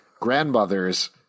grandmother's